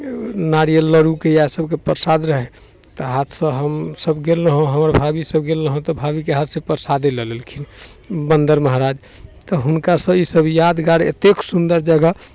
नारियल लडु इएह सभकेँ प्रसाद रहै तऽ हाथसँ हमसभ गेल रहौ हमर भाभी सभ गेल रहौ तऽ भाभीके हाथसँ प्रसादी लऽ लेलखिन बन्दर महाराज तऽ हुनकासँ ई सभ यादगार एतेक सुन्दर जगह